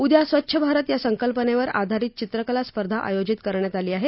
उदया स्वच्छ भारत या संकल्पनेवर आधारित चित्रकला स्पर्धा आयोजीत करण्यात आली आहे